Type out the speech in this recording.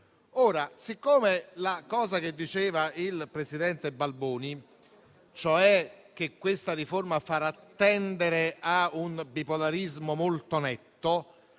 Consiglio. Ciò che diceva il presidente Balboni, cioè che questa riforma farà tendere a un bipolarismo molto netto